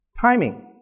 Timing